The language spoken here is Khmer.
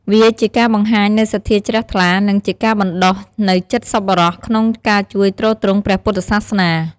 វាជាការបង្ហាញនូវសទ្ធាជ្រះថ្លា និងជាការបណ្ដុះនូវចិត្តសប្បុរសក្នុងការជួយទ្រទ្រង់ព្រះពុទ្ធសាសនា។